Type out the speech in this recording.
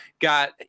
got